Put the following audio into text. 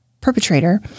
perpetrator